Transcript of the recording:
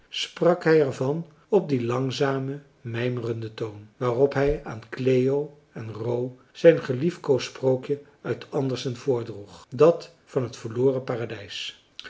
sprak hij er van op dien langzamen mijmerenden toon waarop hij aan cleo en ro zijn geliefkoosd sprookje uit andersen voordroeg dat van het verloren paradijs